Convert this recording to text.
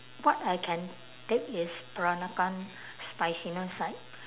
what I can take is peranakan spiciness like